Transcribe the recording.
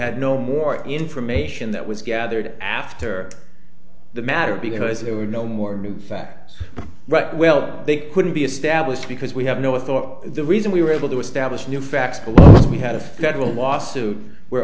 had no more information that was gathered after the matter because there were no more facts right well they couldn't be established because we have no thought the reason we were able to establish new facts because we had a federal lawsuit where